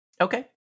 Okay